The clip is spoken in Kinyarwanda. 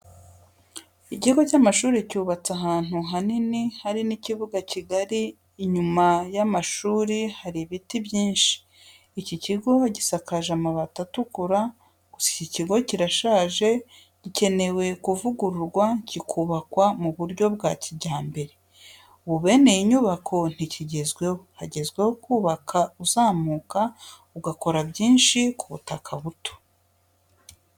Ikigo cy'amashuri cyubatse ahantu hanini hari n'ikibuga kigari inyuma y'amashuri hari ibiti byinshi. Iki kigo gisakaje amabati atukura gusa iki kigo kirashaje gikenewe kuvugururwa kikubakwa mu buryo bwa kijyambere, ubu bene iyi myubakire ntikigezweho, hagezweho kubaka uzamuka ugakora byinshi ku butaka buto.